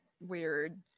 weird